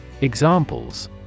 Examples